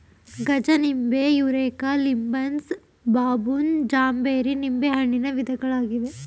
ಗಜನಿಂಬೆ, Eureka, Lisbon, ಬಬೂನ್, ಜಾಂಬೇರಿ ನಿಂಬೆಹಣ್ಣಿನ ವಿಧಗಳಿವೆ